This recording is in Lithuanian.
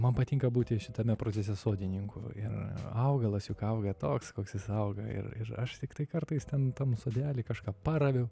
man patinka būti šitame procese sodininku ir augalas juk auga toks koks jis auga ir ir aš tiktai kartais ten tam sodely kažką paraviu